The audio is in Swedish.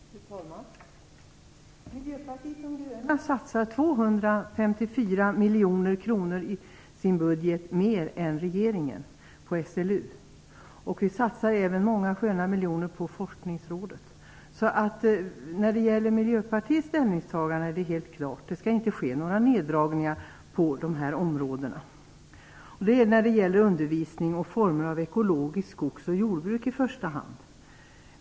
Fru talman! Miljöpartiet de gröna satsar i sin budget 254 miljoner kronor mer än regeringen på SLU. Vi satsar även många sköna miljoner på forskningsrådet. Miljöpartiets ställningstagande är helt klart: Det skall inte göras några neddragningar på de här områdena. Det gäller i första hand undervisning och former av ekologiskt skogs och jordbruk.